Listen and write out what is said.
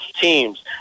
teams